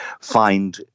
find